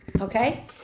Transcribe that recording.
Okay